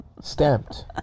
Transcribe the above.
Stamped